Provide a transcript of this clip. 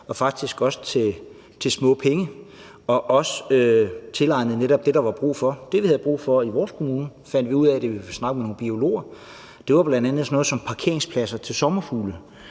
og faktisk også til små penge og også til netop det, der var brug for. Det, vi havde brug for i vores kommune – det fandt vi ud af, da vi snakkede med nogle biologer – var bl.a. sådan noget som parkeringspladser til sommerfugle.